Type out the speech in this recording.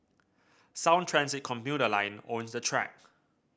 sound Transit commuter line owns the track